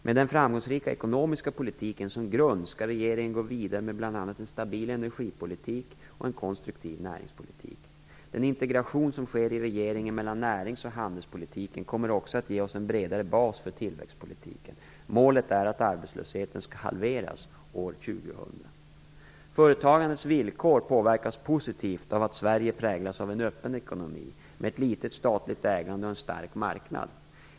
Med den framgångsrika ekonomiska politiken som grund skall regeringen gå vidare med bl.a. en stabil energipolitik och en konstruktiv näringspolitik. Den integration som sker i regeringen mellan näringsoch handelspolitiken kommer också att ge oss en bredare bas för tillväxtpolitiken. Målet är att arbetslösheten skall halveras till år 2000. Företagandets villkor påverkas positivt av att Sverige präglas av en öppen ekonomi med ett litet statligt ägande och en stark marknad.